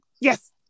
Yes